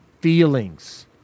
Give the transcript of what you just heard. feelings